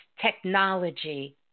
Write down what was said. technology